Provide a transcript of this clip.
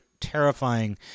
terrifying